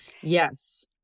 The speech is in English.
Yes